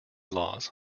laws